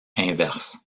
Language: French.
inverse